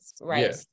right